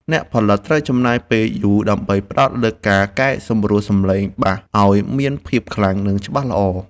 អ្នកផលិតត្រូវចំណាយពេលយូរដើម្បីផ្ដោតលើការកែសម្រួលសំឡេងបាសឱ្យមានភាពខ្លាំង និង ច្បាស់ល្អ។